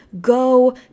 Go